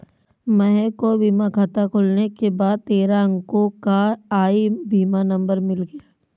महक को बीमा खाता खुलने के बाद तेरह अंको का ई बीमा नंबर मिल गया